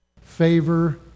favor